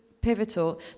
pivotal